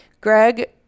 Greg